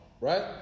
right